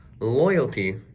Loyalty